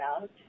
out